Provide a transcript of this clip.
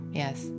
yes